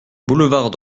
boulevard